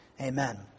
amen